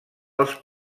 els